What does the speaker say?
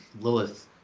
Lilith